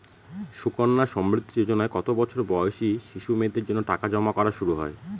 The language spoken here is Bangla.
সুকন্যা সমৃদ্ধি যোজনায় কত বছর বয়সী শিশু মেয়েদের জন্য টাকা জমা করা শুরু হয়?